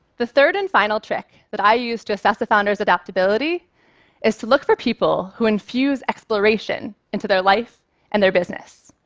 the third and final trick that i use to assess a founder's adaptability is to look for people who infuse exploration into their life and their business.